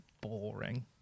boring